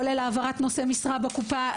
כולל העברת נושא משרה בקופה,